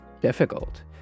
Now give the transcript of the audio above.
difficult